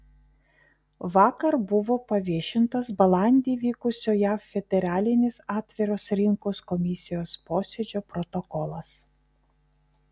vakar buvo paviešintas balandį vykusio jav federalinės atviros rinkos komisijos posėdžio protokolas